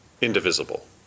indivisible